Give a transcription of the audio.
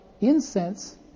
incense